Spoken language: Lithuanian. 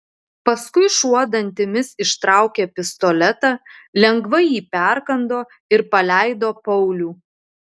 paskui šuo dantimis ištraukė pistoletą lengvai jį perkando ir paleido paulių